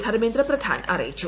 ധർമേന്ദ്ര പ്രധാൻ അറിയിച്ചു